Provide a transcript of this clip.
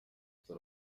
gusa